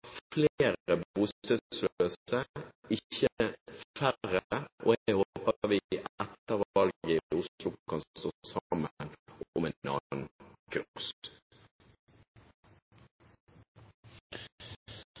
flere bostedsløse, ikke færre, og jeg håper at vi etter valget i Oslo kan stå sammen om en